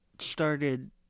started